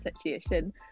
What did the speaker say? situation